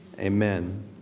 Amen